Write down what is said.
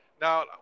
Now